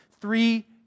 Three